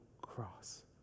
cross